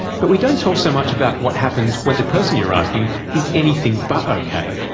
but we don't talk so much about what happens when the person you're asking is anything but okay,